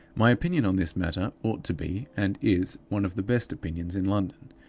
my opinion on this matter ought to be, and is, one of the best opinions in london.